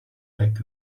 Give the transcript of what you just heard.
pack